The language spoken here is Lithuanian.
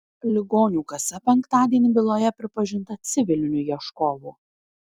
ligonių kasa penktadienį byloje pripažinta civiliniu ieškovu